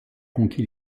conquis